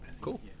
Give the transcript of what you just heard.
Cool